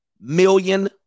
million